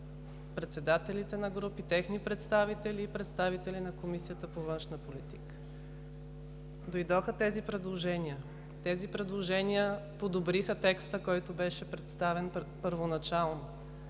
председателите на групи, техни представители и представители на Комисията по външна политика. Дойдоха предложения, тези предложения подобриха текста, който беше представен първоначално.